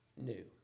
new